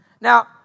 Now